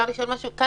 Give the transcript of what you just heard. קארין.